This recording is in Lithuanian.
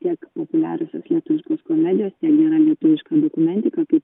tiek populiariosios lietuviškos komedijos ten yra lietuviška dokumentika kaip